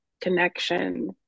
connection